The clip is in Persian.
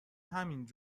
همین